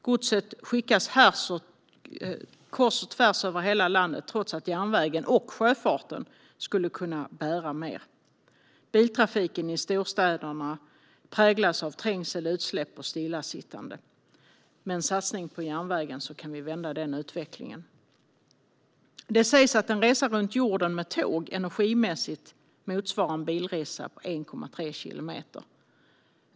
Godset skickas kors och tvärs över hela landet, trots att järnvägen och sjöfarten skulle kunna bära mer. Biltrafiken i storstäderna präglas av trängsel, utsläpp och stillasittande. Med en satsning på järnvägen kan vi vända den utvecklingen. Det sägs att en resa runt jorden med tåg energimässigt motsvarar en bilresa på 1,3 kilometer.